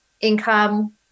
income